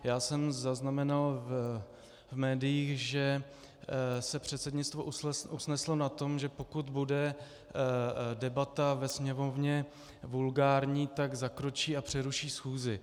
Já jsem zaznamenal v médiích, že se předsednictvo usneslo na tom, že pokud bude debata ve Sněmovně vulgární, tak zakročí a přeruší schůzí.